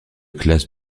classe